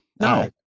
no